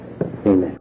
amen